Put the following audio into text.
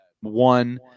one